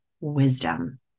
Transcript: wisdom